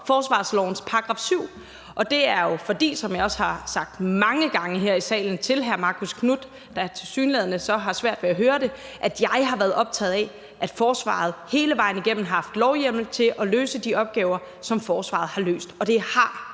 forsvarslovens § 7. Og det er jo, som jeg også har sagt mange gange her i salen til hr. Marcus Knuth, der så tilsyneladende har svært ved at høre det, fordi jeg har været optaget af, at forsvaret hele vejen igennem har haft lovhjemmel til at løse de opgaver, som forsvaret har løst. Og det har